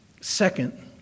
Second